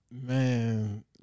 Man